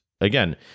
again